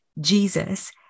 jesus